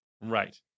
Right